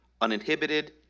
uninhibited